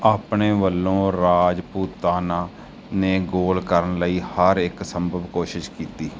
ਆਪਣੇ ਵੱਲੋਂ ਰਾਜਪੂਤਾਨਾ ਨੇ ਗੋਲ ਕਰਨ ਲਈ ਹਰ ਇੱਕ ਸੰਭਵ ਕੋਸ਼ਿਸ਼ ਕੀਤੀ